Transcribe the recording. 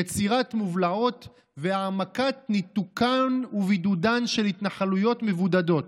יצירת מובלעות והעמקת ניתוק ובידוד של 'התנחלויות מבודדות'".